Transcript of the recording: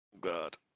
God